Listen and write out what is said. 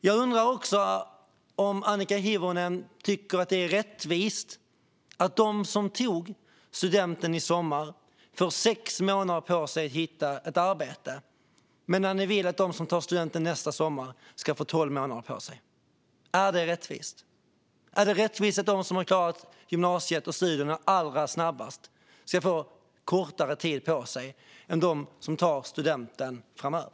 Jag undrar också om Annika Hirvonen tycker att det är rättvist att de som tog studenten i somras får sex månader på sig att hitta arbete, medan ni vill att de som tar studenten nästa sommar ska få tolv månader på sig. Är det rättvist att de som har klarat gymnasiestudierna allra snabbast ska få kortare tid på sig än de som tar studenten framöver?